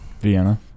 Vienna